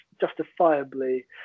justifiably